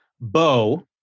Bo